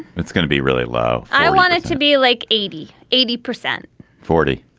it's gonna be really low i want it to be like eighty eighty percent forty